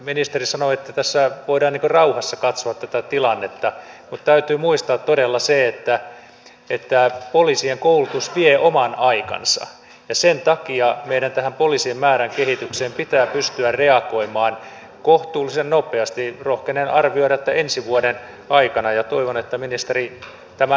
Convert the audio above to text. ministeri sanoi että tässä voidaan rauhassa katsoa tätä tilannetta mutta täytyy muistaa todella se että poliisien koulutus vie oman aikansa ja sen takia meidän tähän poliisien määrän kehitykseen pitää pystyä reagoimaan kohtuullisen nopeasti rohkenen arvioida että ensi vuoden aikana ja toivon että ministeri tämän huomioi